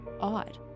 odd